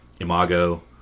Imago